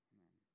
Amen